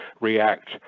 react